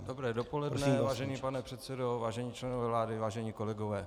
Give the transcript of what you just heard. Dobré dopoledne, vážený pane předsedo, vážení členové vlády, vážení kolegové.